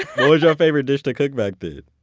what was your favorite dish to cook back then?